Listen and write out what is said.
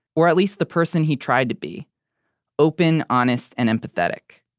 or at least the person he tried to be open, honest, and empathetic.